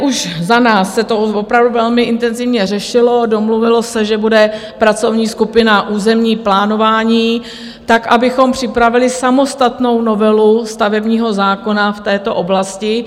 Už za nás se to opravdu velmi intenzivně řešilo, domluvilo se, že bude pracovní skupina na územní plánování tak, abychom připravili samostatnou novelu stavebního zákona v této oblasti.